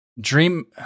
dream